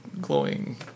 glowing